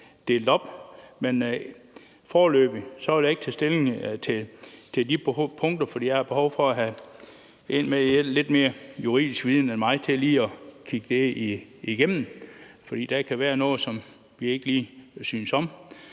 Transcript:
delt op. Men foreløbig vil jeg ikke tage stilling til de punkter, for jeg har behov for at få en med lidt mere juridisk viden end mig til lige at kigge det igennem, for der kan være noget, som vi ikke lige synes om.